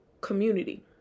community